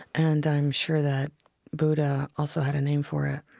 and i'm sure that buddha also had a name for